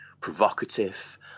provocative